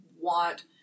want